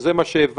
וזה מה שהבנו,